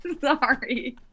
Sorry